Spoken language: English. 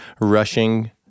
rushing